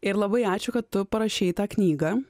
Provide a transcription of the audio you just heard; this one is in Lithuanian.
ir labai ačiū kad tu parašei tą knygą